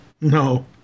No